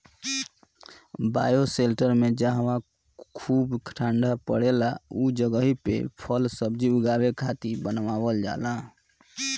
bioshelter में जहवा खूब ठण्डा पड़ेला उ जगही पे फल सब्जी उगावे खातिर बनावल जाला